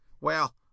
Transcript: Well